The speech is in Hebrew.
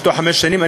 ענישתו חמש שנים,